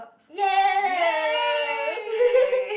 yes